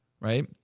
right